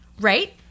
right